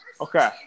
Okay